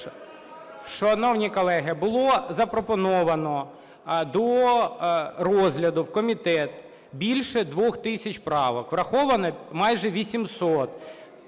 Шановні колеги, було запропоновано до розгляду в комітет більше 2 тисяч правок, враховано майже 800.